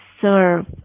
serve